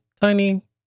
tiny